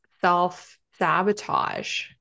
self-sabotage